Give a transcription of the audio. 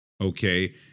okay